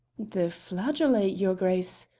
the flageolet, your grace,